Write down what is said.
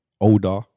older